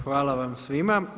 Hvala vam svima.